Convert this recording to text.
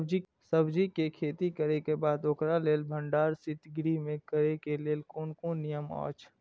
सब्जीके खेती करे के बाद ओकरा लेल भण्डार शित गृह में करे के लेल कोन कोन नियम अछि?